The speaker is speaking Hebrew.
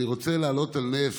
אני רוצה להעלות על נס